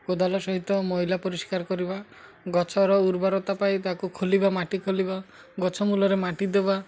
କୋଦାଳ ସହିତ ମଇଳା ପରିଷ୍କାର କରିବା ଗଛର ଉର୍ବରତା ପାଇ ତାକୁ ଖୋଳିବା ମାଟି ଖୋଳିବା ଗଛ ମୂଳରେ ମାଟି ଦେବା